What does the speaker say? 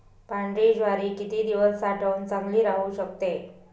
पांढरी ज्वारी किती दिवस साठवून चांगली राहू शकते?